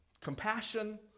compassion